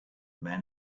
men